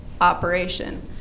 operation